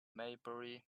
maybury